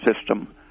system